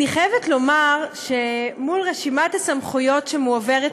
אני חייבת לומר שרשימת הסמכויות שמועברות